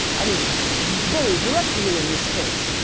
i mean very directly in this case.